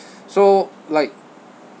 so like